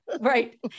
Right